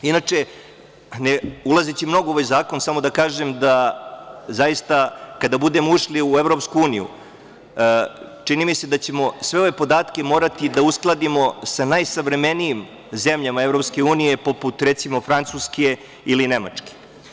Inače, ne ulazeći mnogo u ovaj zakon, samo da kažem da zaista, kada budemo ušli u EU, čini mi se da ćemo sve ove podatke morati da uskladimo sa najsavremenijim zemljama EU poput, recimo Francuske ili Nemačke.